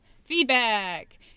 feedback